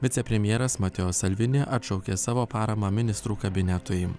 vicepremjeras matejo salvini atšaukė savo paramą ministrų kabinetui